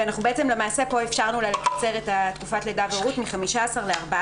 למעשה פה אפשרנו לה לאפשר את תקופת הלידה וההורות מ-15 ל-14 שבועות.